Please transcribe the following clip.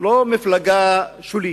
לא מפלגה שולית.